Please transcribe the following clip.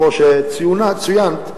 כמו שציינת,